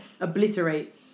obliterate